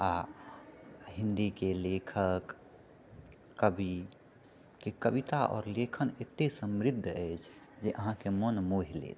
आ हिन्दीके लेखक कविके कविता आओर लेखन अतेक समृद्ध अछि जे अहाँके मन मोहि लेत